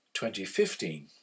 2015